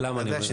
אתה יודע שלא.